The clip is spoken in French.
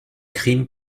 crime